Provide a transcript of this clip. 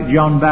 John